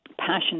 passionate